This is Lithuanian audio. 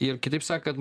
ir kitaip sakant